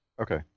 Okay